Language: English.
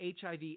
HIV